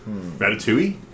Ratatouille